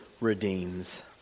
redeems